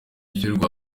ishyirwa